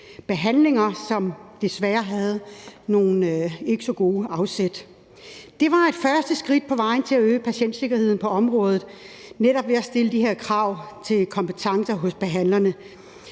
behandlinger, som desværre havde nogle ikke så gode afsæt. Det var et første skridt på vejen til at øge patientsikkerheden på området, altså at stille de her krav til kompetencer hos behandlerne.